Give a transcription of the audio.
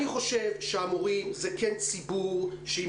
אני חושב שהמורים הם כן ציבור שאם